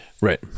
Right